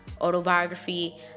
autobiography